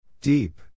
Deep